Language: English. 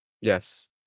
yes